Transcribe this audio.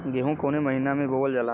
गेहूँ कवने महीना में बोवल जाला?